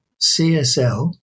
CSL